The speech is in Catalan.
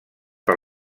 per